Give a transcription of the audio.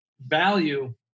value